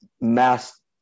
mass